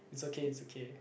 it's okay it's okay